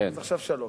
אז עכשיו שלוש.